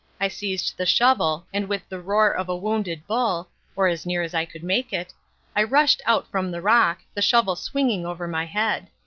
i seized the shovel, and with the roar of a wounded bull or as near as i could make it i rushed out from the rock, the shovel swung over my head.